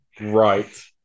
Right